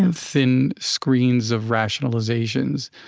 ah thin screens of rationalizations.